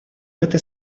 этой